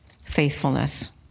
faithfulness